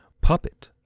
puppet